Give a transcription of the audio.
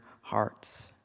hearts